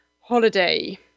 holiday